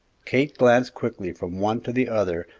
kate glanced quickly from one to the other,